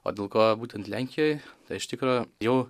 o dėl ko būtent lenkijoj tai iš tikro jau